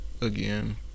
again